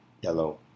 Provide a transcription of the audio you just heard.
yellow